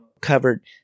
covered